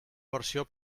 versió